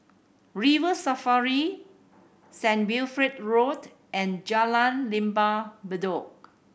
River Safari Saint Wilfred Road and Jalan Lembah Bedok